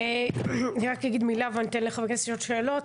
אני אגיד מילה ואתן לחברי הכנסת לשאול שאלות.